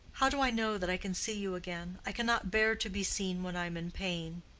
how do i know that i can see you again? i cannot bear to be seen when i am in pain.